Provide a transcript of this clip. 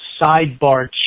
sidebar